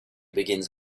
begins